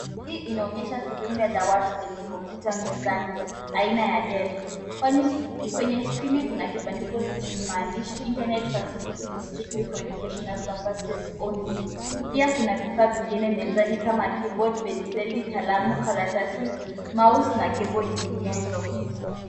Hii inaonyesha sehemu ya dawati lenye computer mezani, aina ya Dell. Kwani, kwenye skrini kuna kibandiko chenye maandishi "Internet Facility is strictly for educational purposes only" . Pia kuna vifaa vingine mezani kama keyboard , penseli, kalamu, karatasi, mouse , na cable nyinginezo.